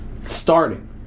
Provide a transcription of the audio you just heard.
Starting